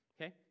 Okay